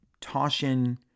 Toshin